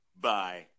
Bye